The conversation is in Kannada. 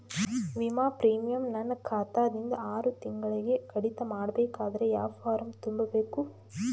ವಿಮಾ ಪ್ರೀಮಿಯಂ ನನ್ನ ಖಾತಾ ದಿಂದ ಆರು ತಿಂಗಳಗೆ ಕಡಿತ ಮಾಡಬೇಕಾದರೆ ಯಾವ ಫಾರಂ ತುಂಬಬೇಕು?